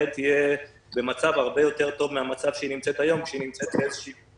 תהיה במצב הרבה יותר טוב מן המצב שבו היא נמצאת היום כשהיא נמצאת במצוקה,